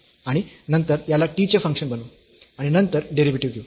आणि नंतर याला t चे फंक्शन बनवू आणि नंतर डेरिव्हेटिव्ह घेऊ